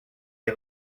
les